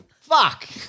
Fuck